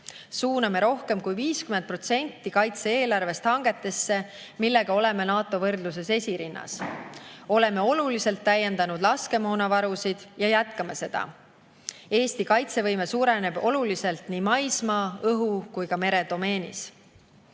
Suuname rohkem kui 50% kaitse-eelarvest hangetesse, millega oleme NATO [riikide] võrdluses esirinnas. Oleme oluliselt täiendanud laskemoonavarusid ja jätkame seda. Eesti kaitsevõime suureneb oluliselt nii maismaa‑, õhu‑ kui ka meredomeenis.